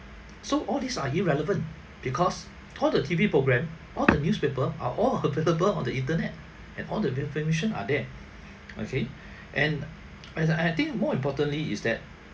so all these are irrelevant because all the T_V programme all the newspaper are all available on the internet and all the information are there okay and and I think more importantly is that